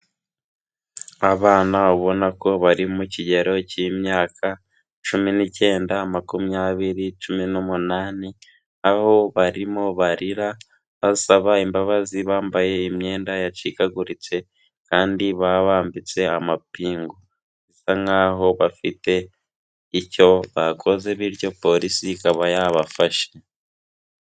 Abana ubona ko bari mu kigero cy'imyaka cumi n’icyenda na makumyabiri n'umunani aho barimo barira basaba imbabazi bambaye imyenda yacikaguritse kandi babambitse amapingu bisa nkaho bafite icyo bakoze bityo polisi ikaba yabafashe.